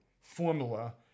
formula